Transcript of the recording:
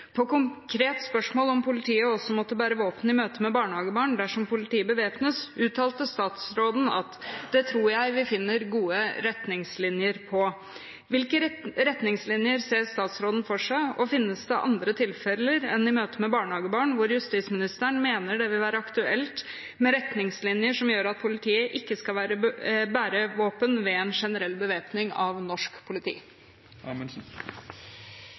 På konkret spørsmål om politiet også skal måtte bære våpen i møte med barnehagebarn dersom politiet bevæpnes, uttalte statsråden at «det tror jeg vi finner gode retningslinjer på». Hvilke retningslinjer ser statsråden for seg, og finnes det andre tilfeller enn i møte med barnehagebarn hvor justisministeren mener det vil være aktuelt med retningslinjer som gjør at politiet ikke skal bære våpen, ved en generell bevæpning av norsk politi?»